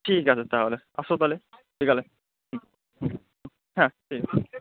ঠিক আছে তাহলে আসো তাহলে বিকালে হুম হুম হ্যাঁ ঠিক আছে